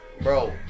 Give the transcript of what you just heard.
Bro